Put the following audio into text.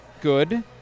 good